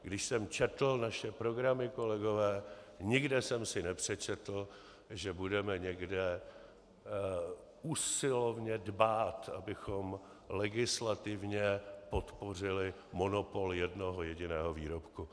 Když jsem četl naše programy, kolegové, nikde jsem si nepřečetl, že budeme někde usilovně dbát, abychom legislativně podpořili monopol jednoho jediného výrobku.